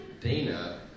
Dana